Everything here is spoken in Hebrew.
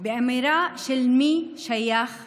האמירה של מי שייך לכאן,